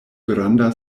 granda